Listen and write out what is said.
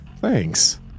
Thanks